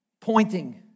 pointing